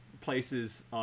places